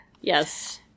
Yes